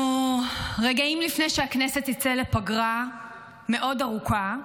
אנחנו רגעים לפני שהכנסת תצא לפגרה ארוכה מאוד.